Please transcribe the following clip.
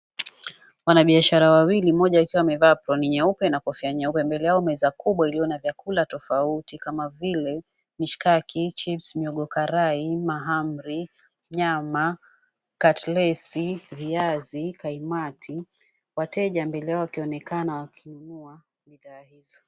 Wanabiashara wawili, mmoja akiwa amevaa aproni nyeupe na kofia nyeupe. Mbele yao meza kubwa iliyo na vyakula tofauti kama vile mishikaki, chipsi, mihogo karai, mahamri, nyama, cutlets , viazi, kaimati. Wateja mbele yao wakionekana wakinunua bidhaa hizo.